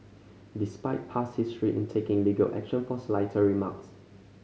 despite past history in taking legal action for slighter remarks